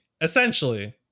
essentially